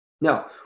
Now